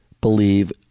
believe